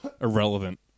irrelevant